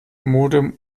modem